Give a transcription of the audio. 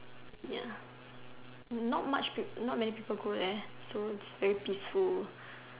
ya not much people not many people go there so it's like very peaceful